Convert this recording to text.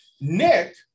Nick